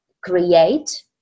create